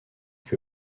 que